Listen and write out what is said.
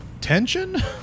tension